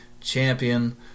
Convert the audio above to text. champion